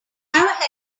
have